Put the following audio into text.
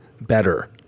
better